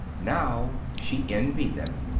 now she envied them.